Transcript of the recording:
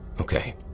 Okay